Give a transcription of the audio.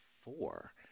four